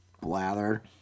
blather